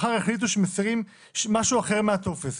מחר יחליטו שמסירים משהו אחר מהטופס.